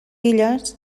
illes